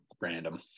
random